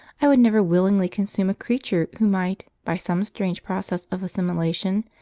i would never willingly consume a creature who might, by some strange process of assimilation,